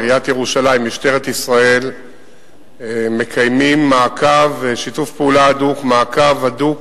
עיריית ירושלים ומשטרת ישראל מקיימים באופן שוטף מעקב הדוק